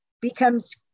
becomes